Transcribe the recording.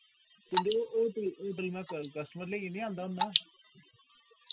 तुंदे hotel hotel में क कस्टमर लेइयै नेईं आना होन्ना